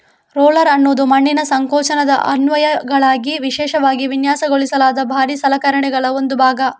roller ಅನ್ನುದು ಮಣ್ಣಿನ ಸಂಕೋಚನದ ಅನ್ವಯಗಳಿಗಾಗಿ ವಿಶೇಷವಾಗಿ ವಿನ್ಯಾಸಗೊಳಿಸಲಾದ ಭಾರೀ ಸಲಕರಣೆಗಳ ಒಂದು ಭಾಗ